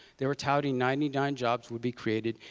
they were touting ninety nine jobs would be created,